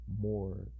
more